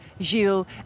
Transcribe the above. Gilles